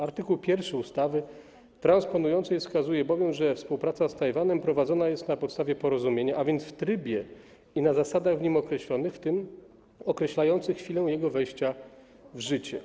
Art. 1 ustawy transponującej wskazuje bowiem, że współpraca z Tajwanem prowadzona jest na podstawie porozumienia, a więc w trybie i na zasadach w nim określonych, w tym określających chwilę jego wejścia w życie.